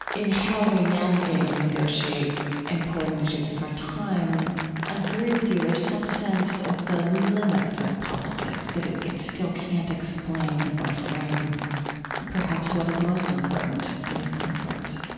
in how we navigate and negotiate important issues of our time, i agree with you, there are some sense of the limits of politics, that it it still can't explain or frame perhaps what is most important in these conflicts